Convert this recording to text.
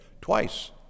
twice